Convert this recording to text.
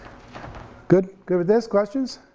good good with this, questions?